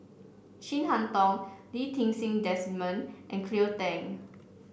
Chin Harn Tong Lee Ti Seng Desmond and Cleo Thang